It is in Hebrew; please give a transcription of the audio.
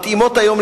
מתאימות היום,